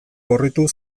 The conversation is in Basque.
gorritu